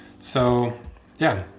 so yeah,